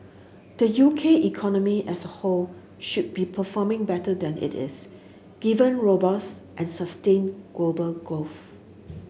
the U K economy as a whole should be performing better than it is given robust and sustained global growth